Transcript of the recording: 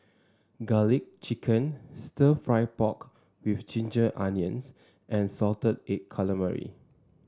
garlic chicken stir fry pork with Ginger Onions and Salted Egg Calamari